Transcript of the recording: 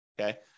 Okay